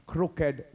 Crooked